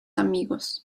amigos